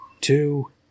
two